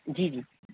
جی جی